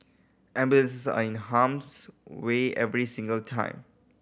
ambulance are in harm's way every single time